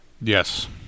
Yes